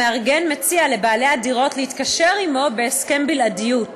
המארגן מציע לבעלי הדירות להתקשר עמו בהסכם בלעדיות,